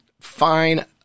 fine